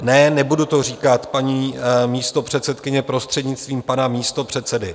Ne, nebudu to říkat, paní místopředsedkyně, prostřednictvím pana místopředsedy.